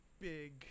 big